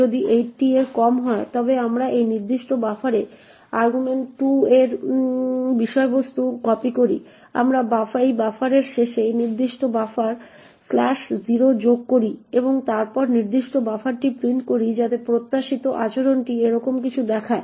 যদি 80 এর কম হয় তবে আমরা এই নির্দিষ্ট বাফারে argv2 এর বিষয়বস্তু কপি করি আমরা এই বাফারের শেষে সেই নির্দিষ্ট বাফারে 0 যোগ করি এবং তারপর নির্দিষ্ট বাফারটি প্রিন্ট করি যাতে প্রত্যাশিত আচরণটি এরকম কিছু দেখায়